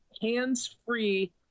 hands-free